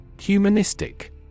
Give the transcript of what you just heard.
Humanistic